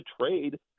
trade